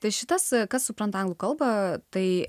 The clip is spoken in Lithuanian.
tai šitas kas supranta anglų kalba tai